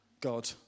God